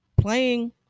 playing